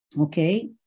Okay